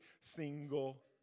single